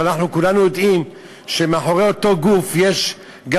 אבל אנחנו כולנו יודעים שמאחורי אותו גוף יש גם